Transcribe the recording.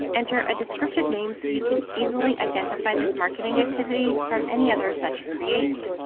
enter a descriptive name so you can easily identify this marketing activity from any others that you create.